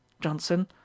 Johnson